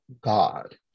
God